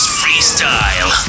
freestyle